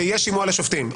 שיהיה שימוע לשופטים.